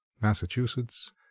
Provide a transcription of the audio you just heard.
Massachusetts